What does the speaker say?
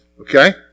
Okay